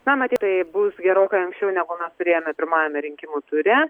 na matyt tai bus gerokai anksčiau negu turėjome pirmajame rinkimų ture